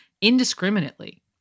indiscriminately